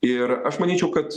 ir aš manyčiau kad